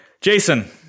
Jason